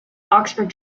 oxford